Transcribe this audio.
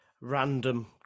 random